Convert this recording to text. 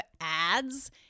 ads